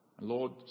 Lord